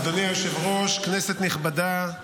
אדוני היושב-ראש, כנסת נכבדה,